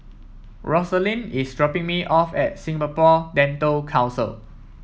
Rosalind is dropping me off at Singapore Dental Council